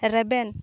ᱨᱮᱵᱮᱱ